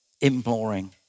imploring